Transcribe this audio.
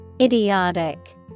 Idiotic